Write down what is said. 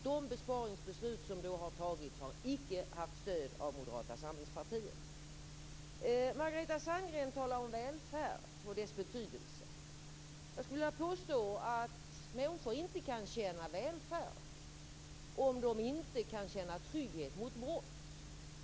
De besparingsbeslut som har fattats har icke haft stöd av Moderata samlingspartiet. Margareta Sandgren talade om välfärd och dess betydelse. Jag vill påstå att människor inte kan känna välfärd om de inte kan känna trygghet mot brott.